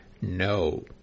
No